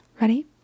Ready